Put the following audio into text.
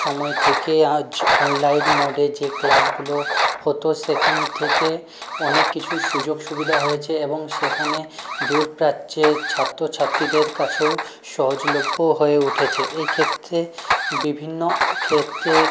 সময় থেকে আজ অনলাইন মোডে যে ক্লাসগুলো হত সেখান থেকে অনেক কিছু সুযোগ সুবিধা হয়েছে এবং সেখানে দূর প্রাচ্যের ছাত্রছাত্রীদের কাছেও সহজলভ্য হয়ে উঠেছে এক্ষেত্রে বিভিন্ন ক্ষেত্রে